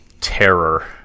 Terror